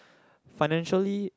financially